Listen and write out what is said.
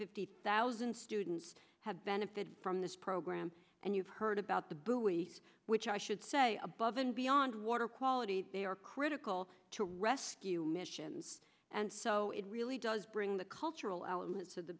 fifty thousand students have benefited from this program and you've heard about the buoys which i should say above and beyond water quality they are critical to rescue missions and so it really does bring the cultural elements of the